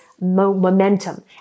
momentum